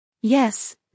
Yes